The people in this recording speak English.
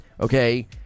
Okay